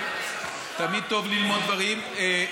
תמיד טוב ללמוד דברים.